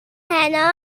allan